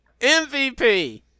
MVP